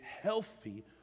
healthy